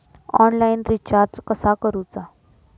Online recharge कसा करूचा?